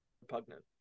repugnant